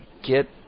Get